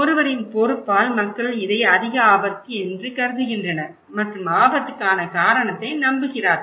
ஒருவரின் பொறுப்பால் மக்கள் இதை அதிக ஆபத்து என்று கருதுகின்றனர் மற்றும் ஆபத்துக்கான காரணத்தை நம்புகிறார்கள்